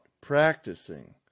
practicing